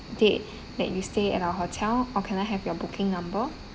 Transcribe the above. date that you stay at our hotel or can I have your booking number